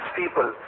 people